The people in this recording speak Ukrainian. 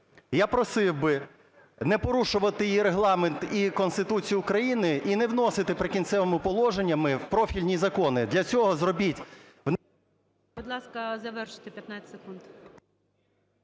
я просив би не порушувати і Регламент, і Конституцію України і не вносити "Прикінцевими положеннями" в профільні закони. Для цього зробіть… ГОЛОВУЮЧИЙ. Будь ласка, завершити 15 секунд.